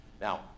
Now